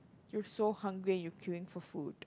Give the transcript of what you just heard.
you're so hungry you're queuing for food